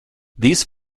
these